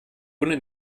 ohne